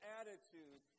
attitude